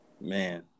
Man